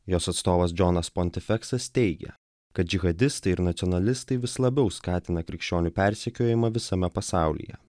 jos atstovas džonas pontifeksas teigia kad džihadistai ir nacionalistai vis labiau skatina krikščionių persekiojimą visame pasaulyje